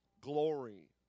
glory